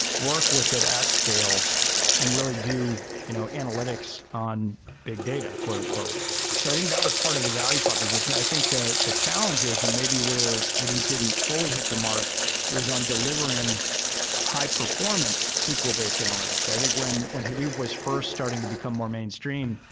work with it at scale and really do you know analytics on big data. so i think that was part of the value proposition. i think that the challenges and maybe where hadoop didn't fully hit the mark was on delivering high performance sql-based analytics. i think when when hadoop was first starting to become more mainstream,